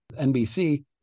nbc